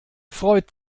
freut